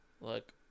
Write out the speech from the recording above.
look